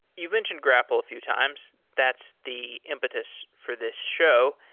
you've mentioned grapl a few times. that's the impetus for this show.